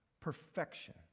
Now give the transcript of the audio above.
perfection